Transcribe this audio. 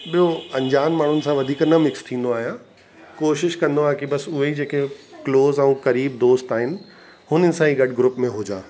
ॿियों अंजान माण्हुनि सां वधीक न मिक्स थींदो आहियां कोशिश कंदो आहियां कि बस उहे ई जेके क्लोज़ ऐं क़रीब दोस्त आहिनि हुननि सां गॾु ग्रुप में हुजा